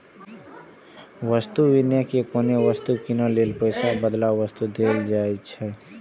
वस्तु विनिमय मे कोनो वस्तु कीनै लेल पैसा के बदला वस्तुए देल जाइत रहै